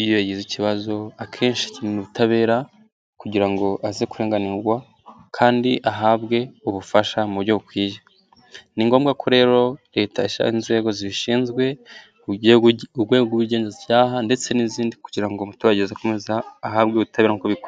iyo yagize ikibazo akenshi yitabaza ubutabera kugira ngo aze kurenganurwa kandi ahabwe ubufasha mu buryo bukwiye. Ni ngombwa ko rero leta ishyira inzego zibishinzwe urwego rw'ubugenzacyaha ndetse n'izindi kugira ngo umuturage ahabwe ubutabera nk'uko bikwiye.